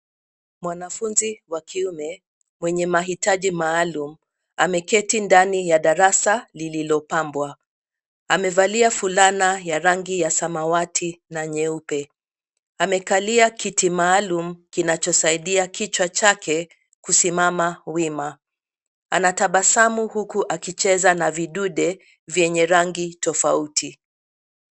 Mwanafunzi wa kiume mwenye mahitaji maalum ameketi ndani ya darasa lililopambwa. Amevalia fulana ya rangi ya samawati na nyeupe. Amekalia kiti maalum kinachosaidia kichwa chake kusimama wima. Anatabasamu huku akicheza na vidude vyenye rangi tofauti.